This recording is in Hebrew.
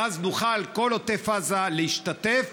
ואז נוכל, כל עוטף עזה, להשתתף,